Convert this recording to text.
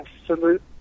absolute